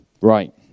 Right